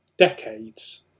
Decades